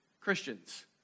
Christians